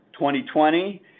2020